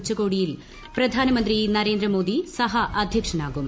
ഉച്ചകോടിയിൽ പ്രധാനമന്ത്രി നരേന്ദ്രമോദി സഹഅധ്യക്ഷനാകും